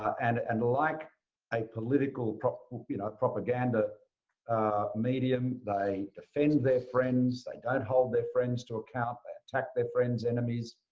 and and like a political you know propaganda medium, they defend their friends. they don't hold their friends to account. they attack their friends' enemies.